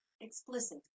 explicit